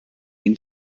ihn